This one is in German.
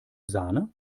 sahne